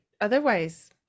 otherwise